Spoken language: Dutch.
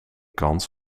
kans